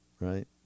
right